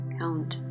count